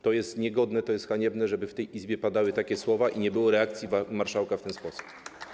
To jest niegodne, to jest haniebne, żeby w tej Izbie padały takie słowa i nie było reakcji marszałka w ten sposób.